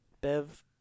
Bev